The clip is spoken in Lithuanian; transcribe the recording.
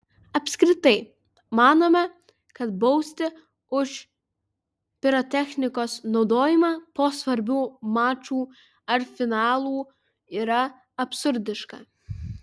apskritai manome kad bausti už pirotechnikos naudojimą po svarbių mačų ar finalų yra absurdiška